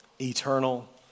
Eternal